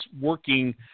working